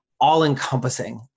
all-encompassing